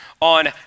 on